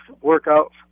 workout